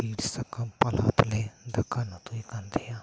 ᱵᱤᱨ ᱥᱟᱠᱟᱢ ᱯᱟᱞᱟ ᱛᱮᱞᱮ ᱫᱟᱠᱟ ᱩᱛᱩᱭᱮᱫ ᱠᱟᱱ ᱛᱟᱦᱮᱸᱜᱼᱟ